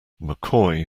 mccoy